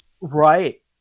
Right